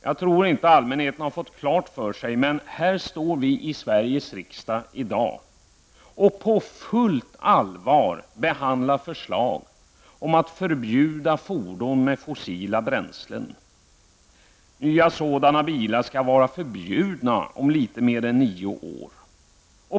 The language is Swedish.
Jag tror inte att allmänheten har fått klart för sig att vi står här i Sveriges riksdag i dag och på fullt allvar behandlar förslag om att förbjuda fordon som drivs med fossila bränslen. Nya sådana bilar skall vara förbjudna om litet mer än nio år.